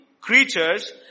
creatures